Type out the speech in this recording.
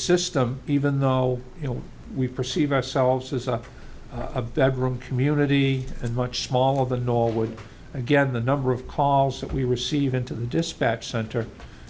system even though you know we perceive ourselves as up a bedroom community and much smaller than all with again the number of calls that we receive into the dispatch center